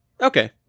Okay